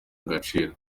agaciro